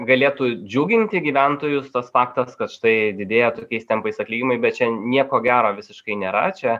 galėtų džiuginti gyventojus tas faktas kad štai didėja tokiais tempais atlyginimai bet čia nieko gero visiškai nėra čia